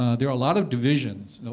ah there are a lot of divisions.